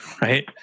right